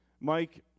Mike